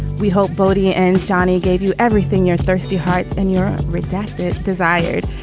we hope bodie and johnny gave you everything your thirsty hearts and your redacted desired.